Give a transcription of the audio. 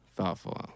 Thoughtful